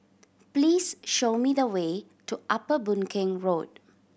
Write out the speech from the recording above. please show me the way to Upper Boon Keng Road